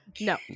No